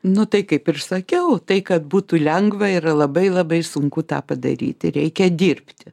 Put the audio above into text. nu tai kaip ir sakiau tai kad būtų lengva yra labai labai sunku tą padaryti reikia dirbti